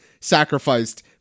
sacrificed